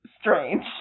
strange